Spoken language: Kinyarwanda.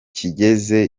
kigeze